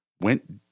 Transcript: went